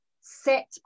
set